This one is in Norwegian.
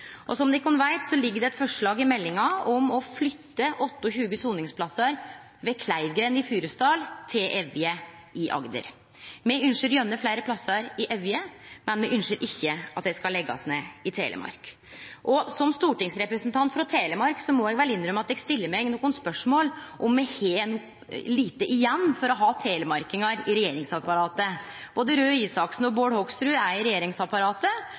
Som de veit, ligg det eit forslag i meldinga om å flytte 28 soningsplassar ved Kleivgrend i Fyresdal til Evje i Agder. Me ønskjer gjerne fleire plassar i Evje, men me ønskjer ikkje at det skal bli lagt ned i Telemark. Som stortingsrepresentant frå Telemark må eg innrømme at eg stiller meg nokre spørsmål om me har lite igjen for å ha telemarkingar i regjeringsapparatet. Både Røe Isaksen og Bård Hoksrud er i